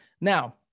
Now